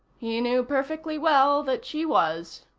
he knew perfectly well that she was.